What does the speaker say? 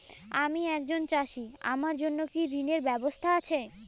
আমি একজন চাষী আমার জন্য কি ঋণের ব্যবস্থা আছে?